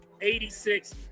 86